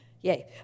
Yay